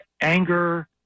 anger